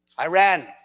Iran